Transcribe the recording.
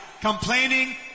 complaining